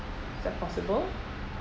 is that possible